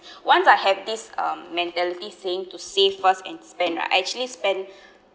once I have this um mentality thing to save first and spend right I actually spend